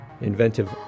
Inventive